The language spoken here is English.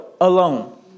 alone